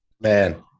Man